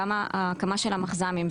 גם ההקמה של המחז"מים,